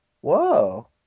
Whoa